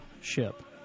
ship